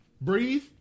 Breathe